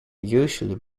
usually